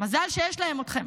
מזל שיש להם אתכם,